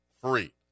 free